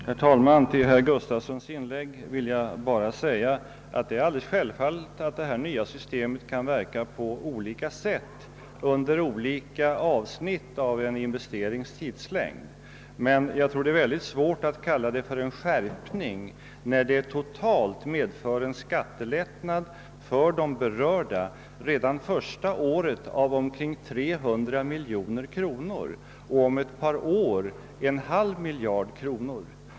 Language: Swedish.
Herr talman! Med anledning av herr Gustafsons i Göteborg inlägg vill jag säga att det är självklart att det nya systemet kan verka på olika sätt under olika avsnitt av en investerings tidslängd. Men det är svårt att tala om en skatteskärpning eftersom systemet totalt medför en skattelättnad för de berörda redan under det första året på omkring 300 miljoner kronor och om ett par år på en halv miljard kronor.